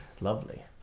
lovely